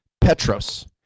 Petros